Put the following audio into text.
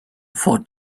for